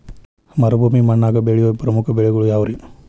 ಮರುಭೂಮಿ ಮಣ್ಣಾಗ ಬೆಳೆಯೋ ಪ್ರಮುಖ ಬೆಳೆಗಳು ಯಾವ್ರೇ?